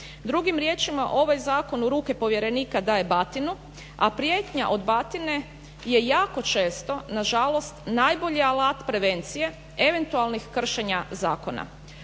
Drugim riječima ovaj zakon u ruke povjerenika daje batinu, a prijetnja od batine je jako često nažalost najbolji alat prevencije eventualnih kršenja zakona.